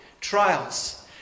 trials